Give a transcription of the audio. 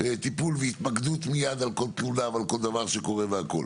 טיפול והתמקדות מיד על כל תלונה ועל כל דבר שקורה והכל,